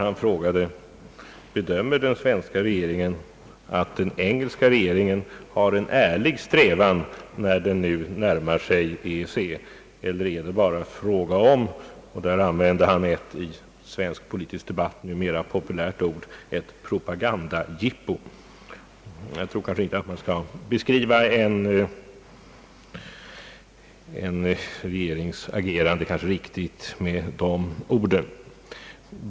Han frågade: Bedömer den svenska regeringen att den engelska regeringen har en ärlig strävan när den nu närmar sig EEC, eller är det bara fråga om — och där använde han ett i svensk politisk debatt numera populärt ord — ett propagandajippo? Jag bortser ifrån att jag inte tycker att det är särskilt korrekt att beskriva en i hög grad vänskapligt sinnad regerings agerande med de orden.